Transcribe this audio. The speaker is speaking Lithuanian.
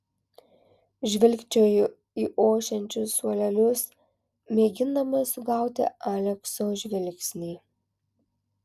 žvilgčioju į ošiančius suolelius mėgindama sugauti alekso žvilgsnį